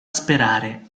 sperare